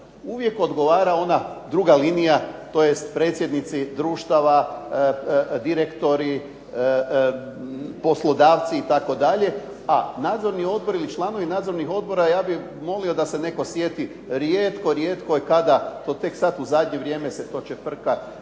Uvijek odgovara onda druga linija tj. predsjednici društava, direktori, poslodavci itd. a nadzorni odbor ili članovi nadzornih odobra ja bih molio da se netko sjeti, rijetko, rijetko je kada to tek u zadnje vrijeme se to čeprka